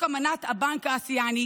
אמנת הבנק האסייני